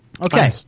Okay